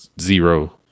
zero